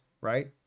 right